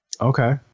Okay